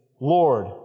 Lord